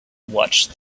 watched